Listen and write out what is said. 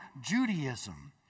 Judaism